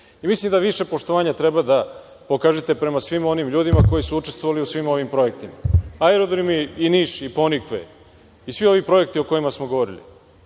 godine. Mislim da više poštovanja treba da ukažete prema svim onim ljudi koji su učestvovali u svim onim projektima. Aerodromi i Niš i „Ponikve“ i svi ovi projekti o kojima smo govorili